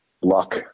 luck